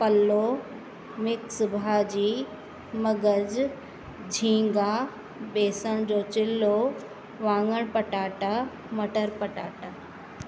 पलो मिक्स भाॼी मगज झींगा बेसन जो चिल्लो वांङण पटाटा मटर पटाटा